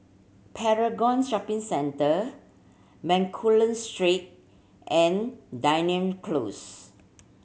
Paragon Shopping Centre Bencoolen Street and Dunearn Close